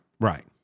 Right